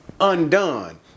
undone